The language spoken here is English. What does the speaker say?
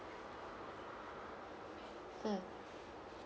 mm